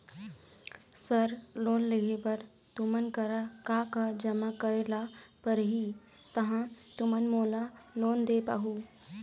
Sir loan लेहे बर तुमन करा का का जमा करें ला पड़ही तहाँ तुमन मोला लोन दे पाहुं?